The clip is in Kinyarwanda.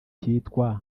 cyitwa